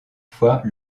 fois